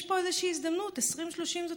יש פה איזושהי הזדמנות, 2030 זאת